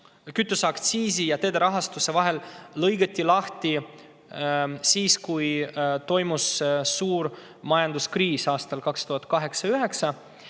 kütuseaktsiisi ja teede rahastuse vahel lahti siis, kui toimus suur majanduskriis 2008.–2009.